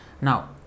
Now